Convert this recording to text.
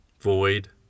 void